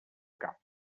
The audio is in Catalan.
cap